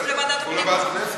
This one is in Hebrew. בוועדת הפנים.